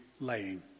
laying